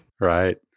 Right